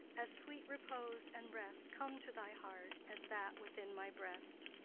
as sweet repose and rest come to thy heart as that within my breast!